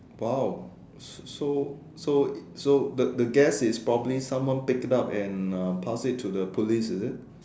!wow! so so so the the guess is probably someone picked it up and uh passed it to the police is it